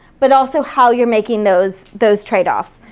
but also how you're making those those trade-offs,